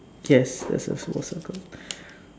yes is a small circle